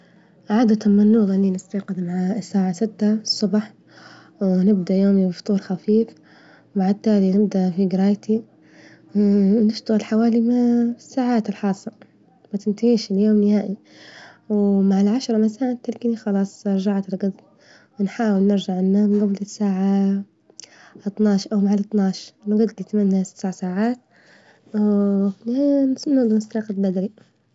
عادة ما النور إني نستيقظ معاه الساعة ستة الصبح، ونبدأ يومي بفطور خفيف مع التالي نبدأ في جرايتي، ونشتغل حوالي ساعات الحاصل ما تنتهيش اليوم نهائي، ومع العاشرة مساءا تلقيني خلاص رجعت ركظت، ونحاول نرجع إنام، ساعة اطناش أومع الاطناش تسع ساعات بدري.